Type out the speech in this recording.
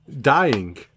dying